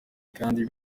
kandi